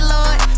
Lord